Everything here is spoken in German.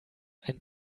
ein